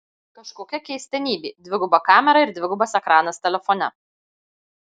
kažkokia keistenybė dviguba kamera ir dvigubas ekranas telefone